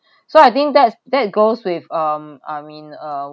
so I think that's that goes with um I mean uh